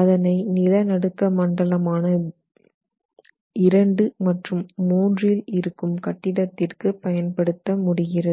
அதனை நிலநடுக்க மண்டலமான II மற்றும் III இல் இருக்கும் கட்டிடத்திற்கு பயன்படுத்த முடிகிறது